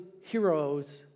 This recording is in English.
heroes